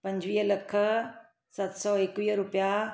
पंजवीह लख सत सौ इकवीह रूपिया